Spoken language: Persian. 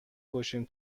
کشیم